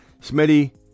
Smitty